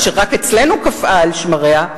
אשר רק אצלנו קפאה על שמריה,